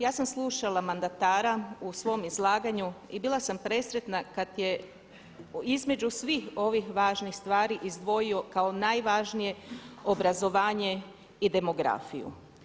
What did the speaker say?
Ja sam slušala mandatara u svom izlaganju i bila sam presretna kad je između svih ovih važnih stvari izdvojio kao najvažnije obrazovanje i demografiju.